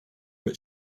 but